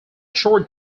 short